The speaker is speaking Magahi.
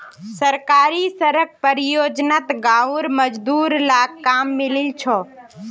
सरकारी सड़क परियोजनात गांउर मजदूर लाक काम मिलील छ